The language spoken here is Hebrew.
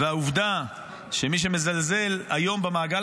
והעובדה שיש מי שמזלזל היום במעגל